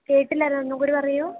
കേട്ടില്ലായിരുന്നു ഒന്നും കൂടി പറയുമോ